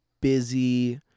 busy